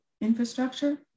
infrastructure